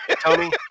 Tony